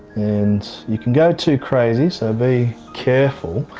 and you can go too crazy, so be careful.